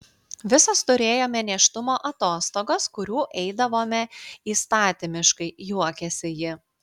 visos turėjome nėštumo atostogas kurių eidavome įstatymiškai juokėsi ji